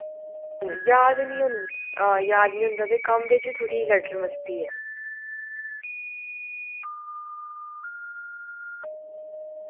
याद निं याद निं होंदा ते कम्म बिच थोह्ड़ी मस्ती ऐ